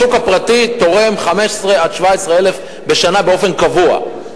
השוק הפרטי תורם 15,000 17,000 בשנה באופן קבוע,